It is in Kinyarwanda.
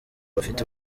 bafite